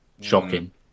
Shocking